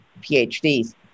PhDs